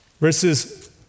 verses